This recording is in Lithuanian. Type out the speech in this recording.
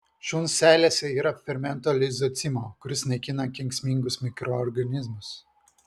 šuns seilėse yra fermento lizocimo kuris naikina kenksmingus mikroorganizmus